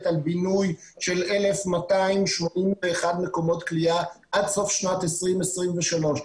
על בינוי של 1,281 מקומות כליאה עד סוף שנת 2023,